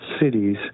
cities